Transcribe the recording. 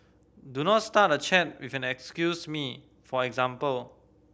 do not start a chat with an excuse me for example